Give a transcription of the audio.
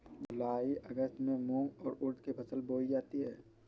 जूलाई अगस्त में मूंग और उर्द की फसल बोई जाती है